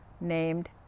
named